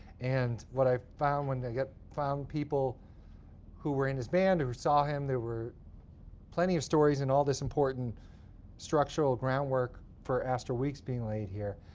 and what i've found when i found people who were in his band or who saw him, there were plenty of stories, and all this important structural groundwork for astral weeks being laid here.